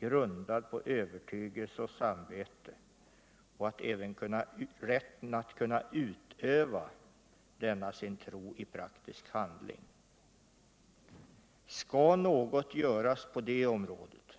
grundad på övertygelse och samvete, och mot rätten att kunna utöva denna sin tro i praktisk handling. Skall något göras på det området,